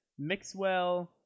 Mixwell